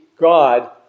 God